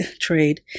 trade